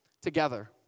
together